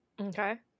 Okay